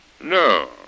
No